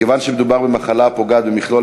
מכיוון שמדובר במחלה הפוגעת במכלול